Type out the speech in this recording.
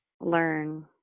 learn